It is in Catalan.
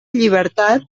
llibertat